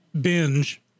binge